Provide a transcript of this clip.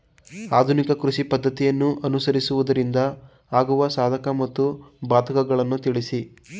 ಆಧುನಿಕ ಕೃಷಿ ಪದ್ದತಿಯನ್ನು ಅನುಸರಿಸುವುದರಿಂದ ಆಗುವ ಸಾಧಕ ಮತ್ತು ಬಾಧಕಗಳನ್ನು ತಿಳಿಸಿ?